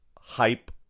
hype